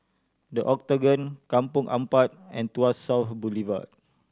The Octagon Kampong Ampat and Tuas South Boulevard